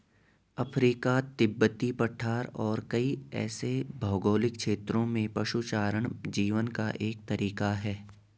Africa, तिब्बती पठार और कई ऐसे भौगोलिक क्षेत्रों में पशुचारण जीवन का एक तरीका है